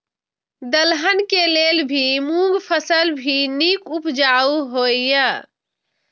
दलहन के लेल भी मूँग फसल भी नीक उपजाऊ होय ईय?